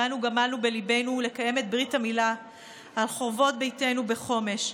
ואנו גמלנו בליבנו לקיים את ברית המילה על חורבות ביתנו בחומש.